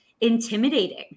intimidating